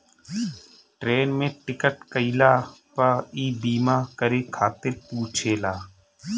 train में ticket कईला पअ इ बीमा करे खातिर पुछेला